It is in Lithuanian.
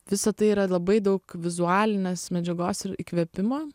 visa tai yra labai daug vizualinės medžiagos ir įkvėpimo